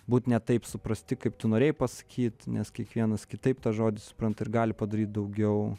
būt ne taip suprasti kaip tu norėjai pasakyt nes kiekvienas kitaip tą žodį supranta ir gali padaryt daugiau